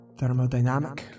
Thermodynamic